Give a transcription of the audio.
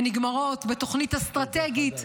הן נגמרות בתוכנית אסטרטגית,